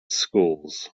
schools